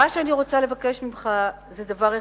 מה שאני רוצה לבקש ממך זה דבר אחד.